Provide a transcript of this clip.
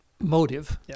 motive